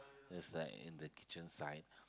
is like in the kitchen side